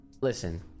listen